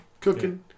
cooking